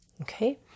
okay